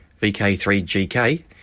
VK3GK